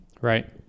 Right